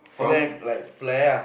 for me like fly ah